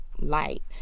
light